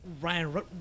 Ryan